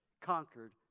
conquered